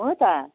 हो त